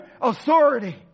authority